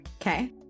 Okay